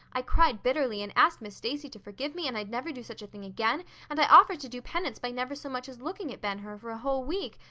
i cried bitterly, and asked miss stacy to forgive me and i'd never do such a thing again and i offered to do penance by never so much as looking at ben hur for a whole week,